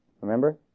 Remember